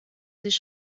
sich